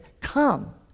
come